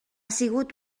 sigut